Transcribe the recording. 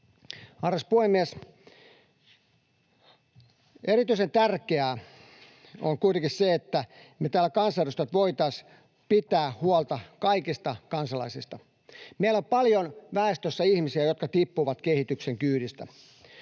Arvoisa puhemies! Erityisen tärkeää on kuitenkin se, että me kansanedustajat voitaisiin pitää huolta kaikista kansalaisista. Meillä on paljon väestössä ihmisiä, jotka tippuvat kehityksen kyydistä.